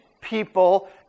people